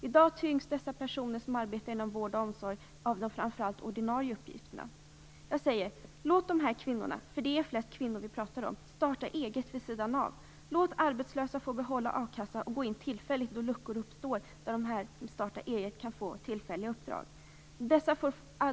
I dag tyngs de personer som arbetar inom vård och omsorg framför allt av de ordinarie uppgifterna. Jag säger: Låt de här kvinnorna, för det är mest kvinnor vi talar om, starta eget vid sidan av! Låt arbetslösa få behålla a-kassan och gå in tillfälligt då luckor uppstår, varvid de som startar eget kan få tillfälliga uppdrag!